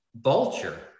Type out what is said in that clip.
vulture